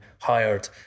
hired